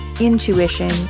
intuition